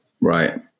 Right